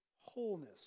wholeness